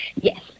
yes